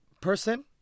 person